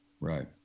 Right